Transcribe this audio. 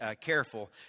careful